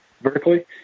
vertically